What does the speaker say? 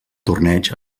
torneig